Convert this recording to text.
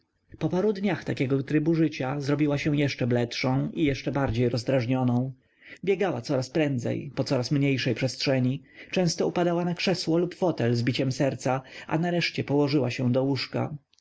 po paru dniach takiego trybu życia zrobiła się jeszcze bledszą i jeszcze bardziej rozdrażnioną biegała coraz prędzej po coraz mniejszej przestrzeni często upadała na krzesło lub fotel z biciem serca a nareszcie położyła się do łóżka